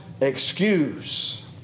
excuse